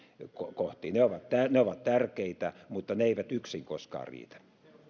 kohtiin ne ovat ne ovat tärkeitä mutta ne eivät yksin koskaan riitä